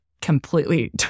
completely